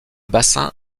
bassin